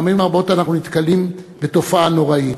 פעמים רבות אנחנו נתקלים בתופעה נוראה,